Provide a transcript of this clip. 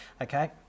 okay